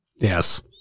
Yes